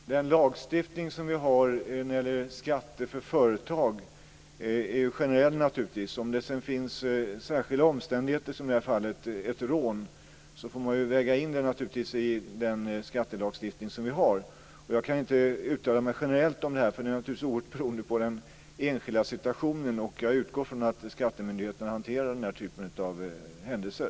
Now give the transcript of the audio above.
Fru talman! Den lagstiftning som vi har när det gäller skatter för företag är naturligtvis generell. Om det sedan finns särskilda omständigheter, som i det här fallet ett rån, får man naturligtvis väga in det i den skattelagstiftning som vi har. Jag kan inte uttala mig generellt om det här, för det beror naturligtvis mycket på den enskilda situationen. Jag utgår från att skattemyndigheterna hanterar den här typen av händelser.